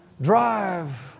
drive